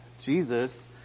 Jesus